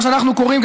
מה שאנחנו קוראים,